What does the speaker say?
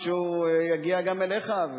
שההצעה תגיע אליך,